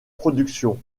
productions